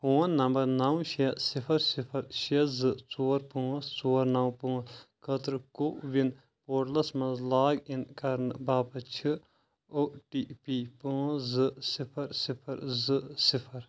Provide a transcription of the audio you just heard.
phone number نو شیٚے صفر صفر شیٚے زٕ ژور پانٛژھ ژور نو پانٛژھ خٲطرٕ کو وِن پورٹلس مَنٛز لاگ اِن کرنہٕ باپتھ چھ او ٹی پی پانٛژھ زٕ صفر صفر زٕ صفر